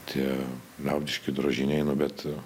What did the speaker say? tie liaudiški drožinėjimai bet